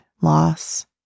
loss